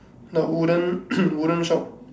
the wooden wooden shop